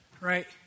right